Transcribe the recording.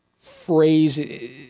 phrase